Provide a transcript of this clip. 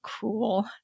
cool